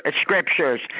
scriptures